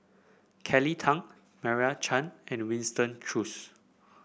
Kelly Tang Meira Chand and Winston Choos